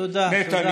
תודה, חבר הכנסת.